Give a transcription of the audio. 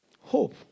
Hope